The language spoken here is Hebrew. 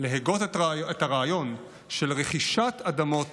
להגות את הרעיון של רכישת אדמות